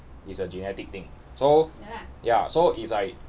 it's a genetic thing so ya so it's like